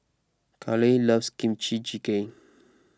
Caleigh loves Kimchi Jjigae